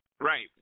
Right